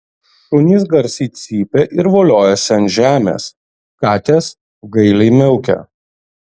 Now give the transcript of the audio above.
šunys garsiai cypia ir voliojasi ant žemės katės gailiai miaukia